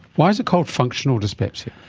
why is it called functional dyspepsia?